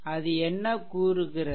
அது என்ன கூறுகிறது